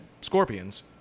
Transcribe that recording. Scorpions